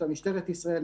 משטרת ישראל,